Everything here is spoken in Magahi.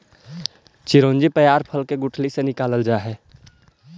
चिरौंजी पयार फल के गुठली से निकालल जा हई